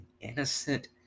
innocent